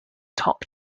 top